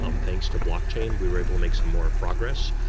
um thanks to blockchain, we were able to make so more progress.